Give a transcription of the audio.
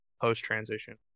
post-transition